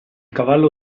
cavallo